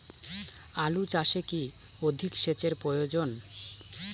আলু চাষে কি অধিক সেচের প্রয়োজন?